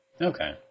Okay